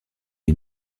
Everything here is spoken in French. est